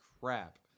crap